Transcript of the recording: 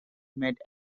made